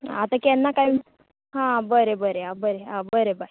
आतां केन्ना काय हा बरे बरे बाय